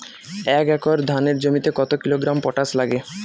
এক একর ধানের জমিতে কত কিলোগ্রাম পটাশ লাগে?